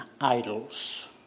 idols